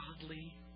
godly